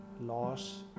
loss